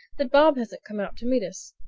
that bob hasn't come out to meet us.